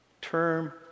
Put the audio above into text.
term